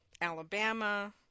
Alabama